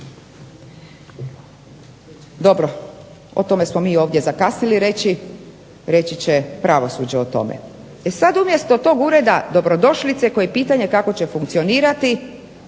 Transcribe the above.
Dobro, o tome smo mi ovdje zakasnili reći. Reći će pravosuđe o tome. E sad umjesto tog Ureda dobrodošlice koji je pitanje kako će funkcionirati